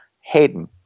Hayden